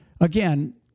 Again